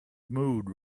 mood